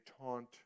taunt